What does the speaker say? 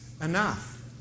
Enough